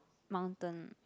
mountain